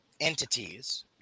entities